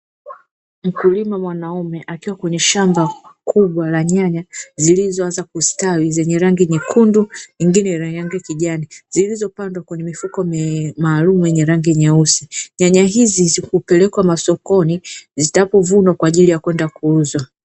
Mkulima mwanaume akiwa kwenye shamba kubwa la nyanya zilizoanza kustawi zenye rangi nyekundu nyengine rangi ya kijani, zilizopandwa kwenye mifuko maalumu yenye rangi nyeusi, nyanya hizi hupelekwa masokoni zitapovunwa kwa ajili ya kwenda kuuzwa.